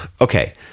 okay